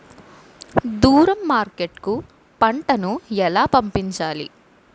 దూరం మార్కెట్ కు పంట ను ఎలా పంపించాలి?